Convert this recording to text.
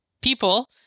people